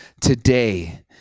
today